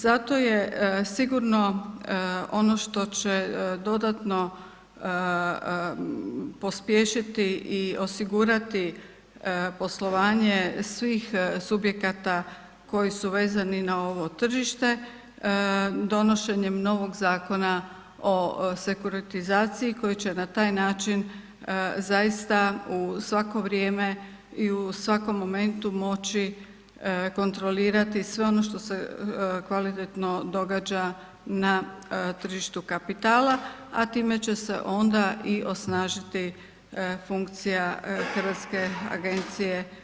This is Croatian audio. Zato je sigurno ono što će dodatno pospješiti i osigurati poslovanje svih subjekata koji su vezani na ovo tržište donošenjem novog Zakona o sekuritizaciji koji će na taj način zaista u svako vrijeme i u svakom momentu moći kontrolirati sve ono što se kvalitetno događa na tržištu kapitala, a time će se onda i osnažiti funkcija HANFA-e.